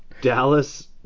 Dallas